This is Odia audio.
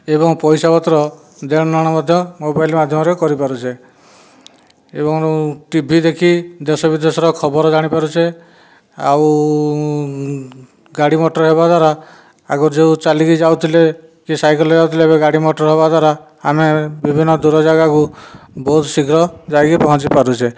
ଏବଂ ପଇସା ପତ୍ର ଦେଣ ନେଣ ମଧ୍ୟ ମୋବାଇଲ ମାଧ୍ୟମରେ କରିପାରୁଛେ ଏବଂ ଟିଭି ଦେଖି ଦେଶ ବିଦେଶର ଖବର ଜାଣି ପାରୁଛେ ଆଉ ଗାଡ଼ି ମୋଟର ହେବା ଦ୍ୱାରା ଆଗରୁ ଯେଉଁ ଚାଲିକି ଯାଉଥିଲେ କି ସାଇକେଲରେ ଯାଉଥିଲେ ଏବେ ଗାଡ଼ି ମୋଟର ହେବା ଦ୍ୱାରା ଆମେ ବିଭିନ୍ନ ଦୂର ଜାଗାକୁ ବହୁତ ଶୀଘ୍ର ଯାଇକି ପହଞ୍ଚି ପାରୁଛେ